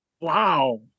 wow